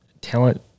talent